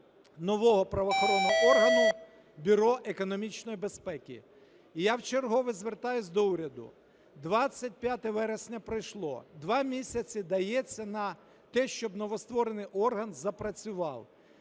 нового правоохоронного органу Бюро економічної безпеки. Я вчергове звертаюсь до уряду. 25 вересня пройшло. Два місяці дається на те, щоб новостворений орган запрацював.